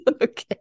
Okay